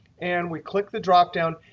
and we click the dropdown.